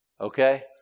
Okay